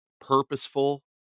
purposeful